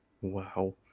Wow